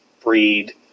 breed